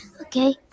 Okay